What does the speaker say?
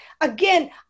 again